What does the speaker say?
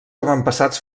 avantpassats